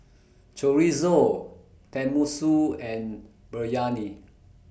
Chorizo Tenmusu and Biryani